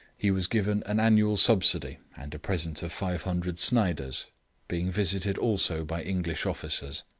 he was given an annual subsidy, and a present of five hundred sniders being visited also by english officers.